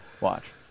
Watch